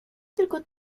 tylko